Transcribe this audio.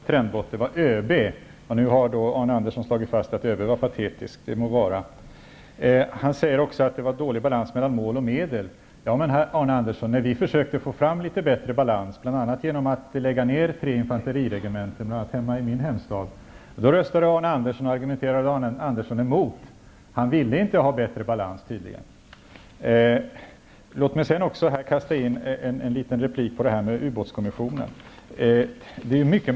Fru talman! Det var faktiskt inte jag som talade om trendbrott. Det var ÖB. Nu har Arne Andersson slagit fast att ÖB var patetisk. Det må vara. Arne Andersson säger också att det var dålig balans mellan mål och medel. Vi försökte få litet bättre balans genom att lägga ner tre infanteriregementen, bl.a. ett i min hemstad. Men då argumenterade Arne Andersson emot, och röstade emot. Han ville tydligen inte ha bättre balans. Jag vill också säga några ord om detta med ubåtskommissionen.